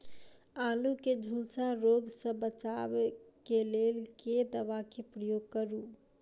आलु केँ झुलसा रोग सऽ बचाब केँ लेल केँ दवा केँ प्रयोग करू?